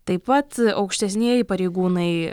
taip pat aukštesnieji pareigūnai